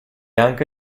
anche